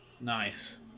Nice